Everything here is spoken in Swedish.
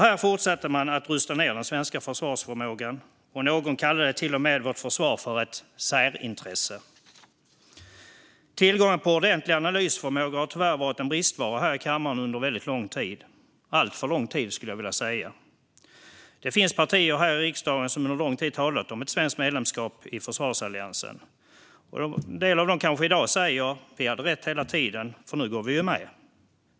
Här fortsatte man att rusta ned den svenska försvarsförmågan, och någon kallade till och med vårt försvar för ett särintresse. Tillgången på ordentlig analysförmåga har tyvärr varit en bristvara här i kammaren under väldigt lång tid - alltför lång tid, skulle jag vilja säga. Det finns partier här i riksdagen som under lång tid har talat om ett svenskt medlemskap i försvarsalliansen. En del av dem kanske i dag säger att de hade rätt hela tiden, för nu går ju Sverige med.